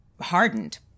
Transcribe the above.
hardened